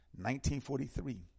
1943